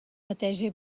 neteja